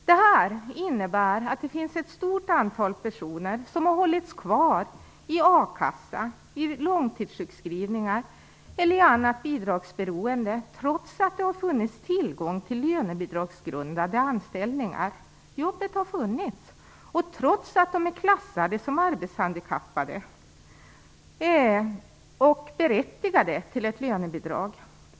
Det innebär att det finns ett stort antal personer som har tvingats kvar i A-kassan, i långtidssjukskrivningar eller i annat bidragsberoende, trots att det har funnits tillgång på lönebidragsgrundande anställningar. Jobbet har funnits. Dessa människor är dock klassade som arbetshandikappade och berättigade till ett lönebidrag.